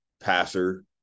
passer